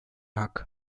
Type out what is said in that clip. hak